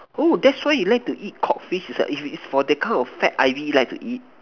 oh that's why you like to eat cod fish it's are if it's for the kind of fat I_V you like to eat